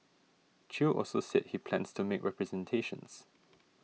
Chew also said he plans to make representations